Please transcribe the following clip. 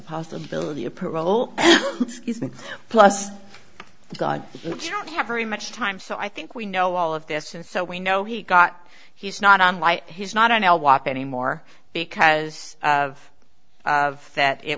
possibility of parole plus god i don't have very much time so i think we know all of this and so we know he got he's not on why he's not on our walk anymore because of that it